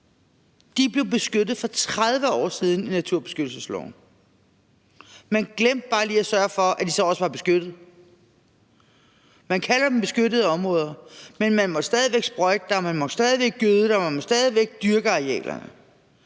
blev beskyttet for 30 år siden i naturbeskyttelsesloven. Man glemte bare lige at sørge for, at de så også var beskyttede. Man kalder dem beskyttede områder, men man måtte stadig væk sprøjte der, man måtte stadig væk gøde der, man måtte stadig væk dyrke arealerne.